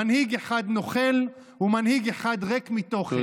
מנהיג אחד נוכל ומנהיג אחד ריק מתוכן.